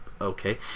Okay